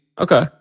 Okay